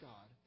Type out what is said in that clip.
God